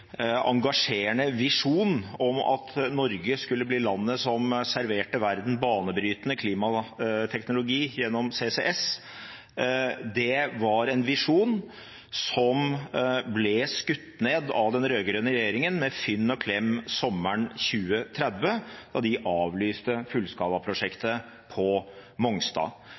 engasjerende visjon om at Norge skulle bli landet som serverte verden banebrytende klimateknologi gjennom CCS, var en visjon som ble skutt ned av den rød-grønne regjeringen med fynd og klem sommeren 2013, da de avlyste